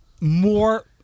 More